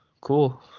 cool